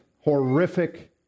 horrific